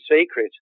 secret